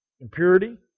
impurity